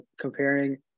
comparing